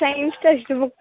science text book